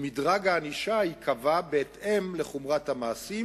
ומדרג הענישה ייקבע בהתאם לחומרת המעשים